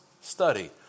study